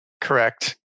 Correct